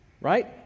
right